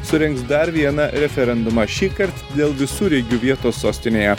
surengs dar vieną referendumą šįkart dėl visureigių vietos sostinėje